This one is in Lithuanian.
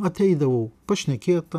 ateidavau pašnekėt